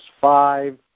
five